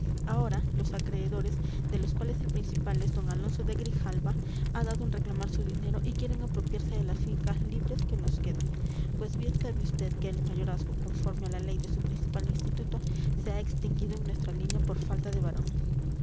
ahora los acreedores de los cuales el principal es d alonso de grijalva han dado en reclamar su dinero y quieren apropiarse las fincas libres que nos quedan pues bien sabe vd que el mayorazgo conforme a la ley de su principal instituto se ha extinguido en nuestra línea por falta de varón